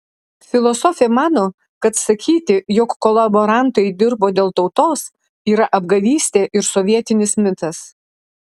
filosofė mano kad sakyti jog kolaborantai dirbo dėl tautos yra apgavystė ir sovietinis mitas